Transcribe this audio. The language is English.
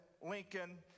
Lincoln